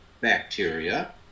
bacteria